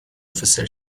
officer